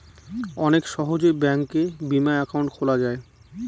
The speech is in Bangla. অনেক সহজে ব্যাঙ্কে বিমা একাউন্ট খোলা যায়